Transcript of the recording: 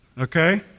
okay